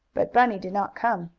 but bunny did not come.